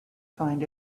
find